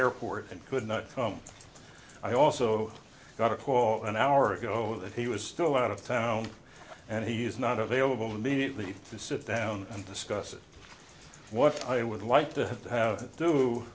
airport and could not come i also got a call an hour ago that he was still out of town and he is not available immediately to sit down and discuss it what i would like to have to